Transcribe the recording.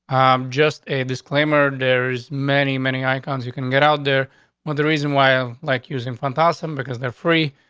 i'm just a disclaimer. there is many, many icons. you can get out there with the reason why i like using phantasm because they're free.